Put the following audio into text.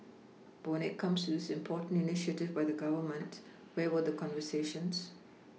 but when it comes to this most important initiative by the Government where were the conversations